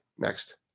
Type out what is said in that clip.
next